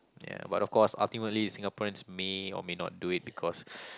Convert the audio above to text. ya but of course ultimately Singaporeans may or may not do it because